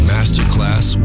Masterclass